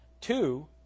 two